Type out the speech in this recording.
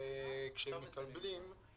שממנו חייבים במס